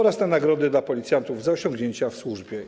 Trzecie - nagrody dla policjantów za osiągnięcia w służbie.